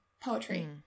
poetry